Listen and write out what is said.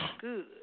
good